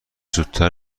زودتر